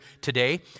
today